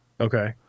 okay